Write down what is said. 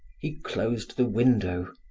he closed the window.